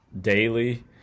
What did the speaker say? daily